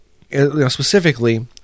specifically